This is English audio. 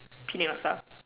Penang Laksa